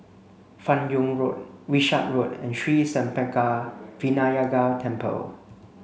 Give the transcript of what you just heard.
Fan Yoong Road Wishart Road and Sri Senpaga Vinayagar Temple